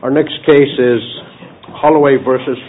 our next case is holloway versus